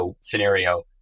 scenario